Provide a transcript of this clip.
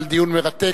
על דיון מרתק.